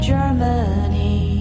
Germany